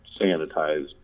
sanitized